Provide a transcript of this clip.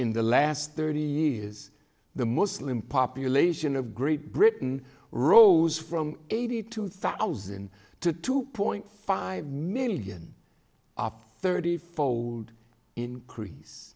in the last thirty years the muslim population of great britain rose from eighty two thousand to two point five million thirty fold increase